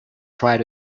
tried